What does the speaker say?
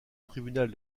tribunal